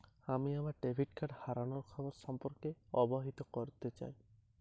আমি আমার debit card হারানোর খবর সম্পর্কে অবহিত করতে চাই